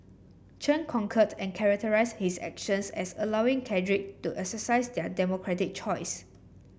Chen concurred and characterised his actions as allowing cadre to exercise their democratic choice